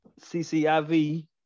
CCIV